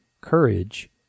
courage